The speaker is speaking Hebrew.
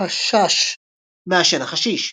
الحشاش - "מעשן החשיש"